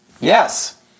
Yes